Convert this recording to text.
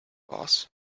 boss